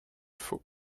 faux